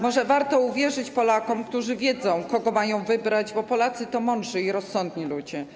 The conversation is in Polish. Może warto uwierzyć Polakom, którzy wiedzą, kogo mają wybrać, bo Polacy to mądrzy i rozsądni ludzie.